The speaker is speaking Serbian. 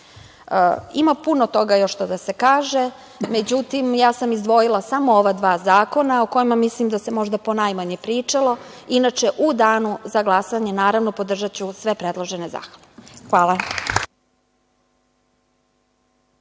puno toga još da se kaže, međutim, ja sam izdvojila samo ova dva zakona o kojima mislim da se možda po najmanje pričalo. Inače, u Danu za glasanje, naravno, podržaću sve predložene zakone. Hvala.